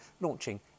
launching